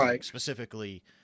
specifically